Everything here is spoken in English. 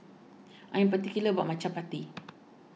I am particular about my Chapati